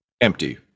empty